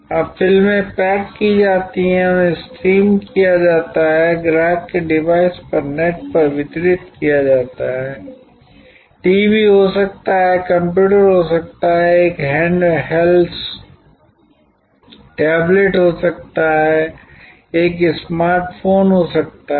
अब फिल्में पैक की जाती हैं उन्हें स्ट्रीम किया जाता है ग्राहक के डिवाइस पर नेट पर वितरित किया जाता है टीवी हो सकता है कंप्यूटर हो सकता है एक हैंडहेल्ड टैबलेट हो सकता है एक स्मार्ट फोन हो सकता है